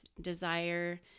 desire